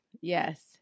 Yes